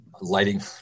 lighting